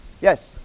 Yes